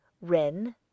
wren